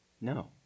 No